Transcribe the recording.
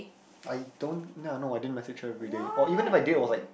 I don't know no I didn't message her everyday or even if I did was like